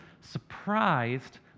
surprised